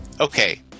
okay